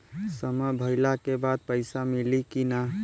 समय भइला के बाद पैसा मिली कि ना?